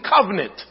covenant